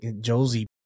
Josie